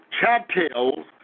chattels